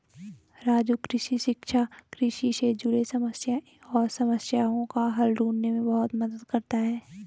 राजू कृषि शिक्षा कृषि से जुड़े समस्याएं और समस्याओं का हल ढूंढने में बहुत मदद करता है